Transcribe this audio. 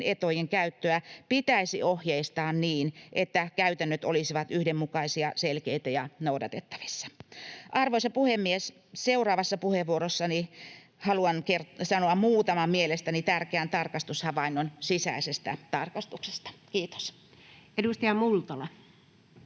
etujen käyttöä pitäisi ohjeistaa niin, että käytännöt olisivat yhdenmukaisia, selkeitä ja noudatettavissa. Arvoisa puhemies! Seuraavassa puheenvuorossani haluan sanoa muutaman mielestäni tärkeän tarkastushavainnon sisäisestä tarkastuksesta. — Kiitos. Edustaja Multala.